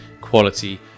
quality